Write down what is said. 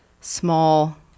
small